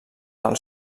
del